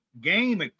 game